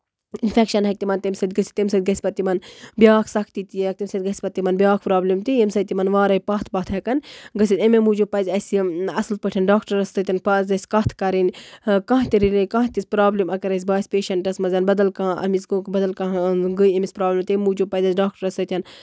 infection ہٮ۪کہِ تِمن تَمہِ سۭتۍ گژھِتھ تَمہِ سۭتۍ گَژھِ پَتہٕ یِمن بیاکھ سَختی تہِ یہِ یَکھ تَمہِ سۭتۍ گژھِ پَتہٕ تِمن بیاکھ پرابلِم تہِ ییٚمہِ سۭتۍ تِمن وارٕے پَتھ پَتھ ہٮ۪کَن گٔژھِتھ اَمے موٗجوٗب پَزِ اَسہِ اَصٕل پٲٹھۍ ڈاکٹرَس سۭتۍ پَزِ اسہِ کَتھ کَرٕنۍ کانہہ تہِ رِلیڈِڈ کانہہ تہِ پرابلِم اَگر اَسہِ باسہِ پیشَنٹَس منٛزن بدل کانہہ أمِس گوٚو بدل کانہہ گٔے أمِس پرابلِم تَمہِ موٗجوٗب پَزِ اَسہِ ڈاکٹرَس سۭتۍ